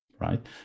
right